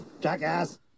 jackass